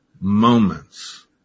Moments